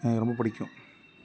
ரொம்பப் பிடிக்கும்